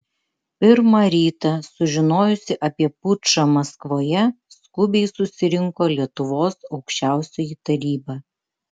pirmą rytą sužinojusi apie pučą maskvoje skubiai susirinko lietuvos aukščiausioji taryba